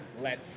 let